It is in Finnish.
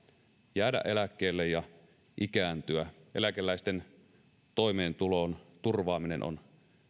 jäädä eläkkeelle ja ikääntyä eläkeläisten toimeentulon turvaaminen on